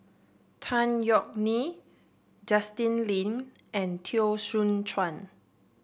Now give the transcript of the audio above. Tan Yeok Nee Justin Lean and Teo Soon Chuan